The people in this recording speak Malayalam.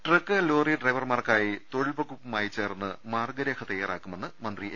ട്രക്ക് ലോറി ഡ്രൈവർമാർക്കായി തൊഴിൽവകുപ്പുമായി ചേർന്ന് മാർഗരേഖ തയ്യാറാക്കുമെന്ന് മന്ത്രി എ